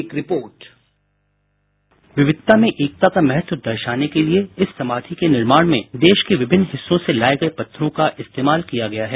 एक report bite विविधता में एकता का महत्व दर्शाने के लिए इस समाधि के निर्माण में देश के विभिन्न हिस्सों से लाए गए पत्थरों का इस्तेमाल किया गया है